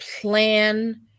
plan